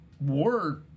war